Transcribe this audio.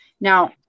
Now